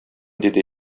диде